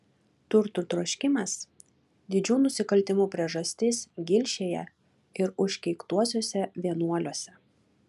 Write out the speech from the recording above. turtų troškimas didžių nusikaltimų priežastis gilšėje ir užkeiktuosiuose vienuoliuose